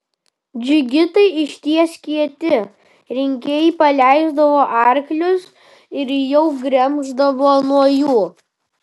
džigitai iš ties kieti rinkėjai paleisdavo arklius ir jau gremždavo nuo jų